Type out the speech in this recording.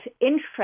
interest